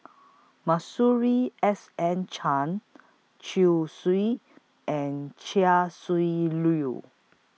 Masuri S N Chen Chong Swee and Chia Shi Lu